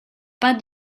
pas